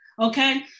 okay